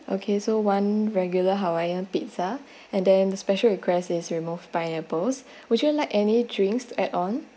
okay so one regular hawaiian pizza and then the special request is removed pineapples would you like any drinks to add on